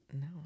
No